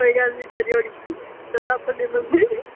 कोई गल्ल निं करी ओड़गी तुस अपने बंदे न